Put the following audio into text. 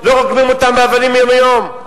לא רוגמים אותם באבנים יום-יום?